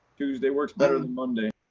tuesday words better than monday.